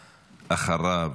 ואחריו,